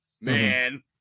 man